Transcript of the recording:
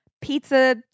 pizza